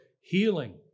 healing